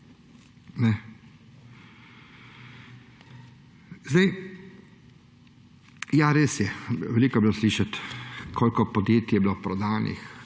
Ja, res je, veliko je bilo slišati, koliko podjetij je bilo prodanih,